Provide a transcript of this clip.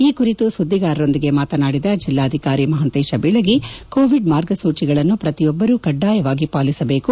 ಈ ಕುರಿತು ಸುದ್ದಿಗಾರರೊಂದಿಗೆ ಮಾತನಾಡಿದ ಜಿಲ್ಲಾಧಿಕಾರಿ ಮಹಾಂತೇಶ ಬೀಳಗಿ ಕೋವಿಡ್ ಮಾರ್ಗಸೂಚಿಗಳನ್ನು ಪ್ರತಿಯೊಬ್ಬರೂ ಕಡ್ಡಾಯವಾಗಿ ಪಾಲಿಸಬೇಕು